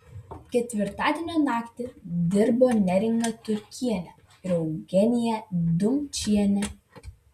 ketvirtadienio naktį dirbo neringa turkienė ir eugenija dumčienė